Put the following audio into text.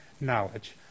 knowledge